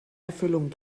erfüllung